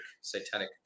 satanic